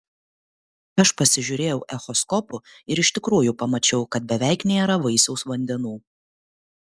aš pasižiūrėjau echoskopu ir iš tikrųjų pamačiau kad beveik nėra vaisiaus vandenų